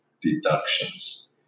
deductions